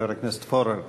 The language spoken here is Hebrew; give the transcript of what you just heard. חבר הכנסת פורר.